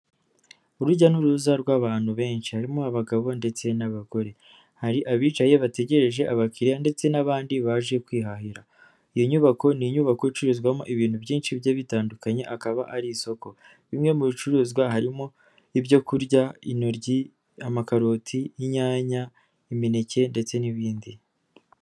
Urujya n'uruza rw'abantu benshi harimo abagabo ndetse n'abagore, hari abicaye bategereje abakiriya ndetse n'abandi baje kwihahira. Iyo nyubako ni inyubako icururizwamo ibintu byinshi bigiye bitandukanye akaba ari isoko, bimwe mu bicuruzwa harimo ibyo kurya intoryi, amakaroti, inyanya, imineke ndetse n'ibindi.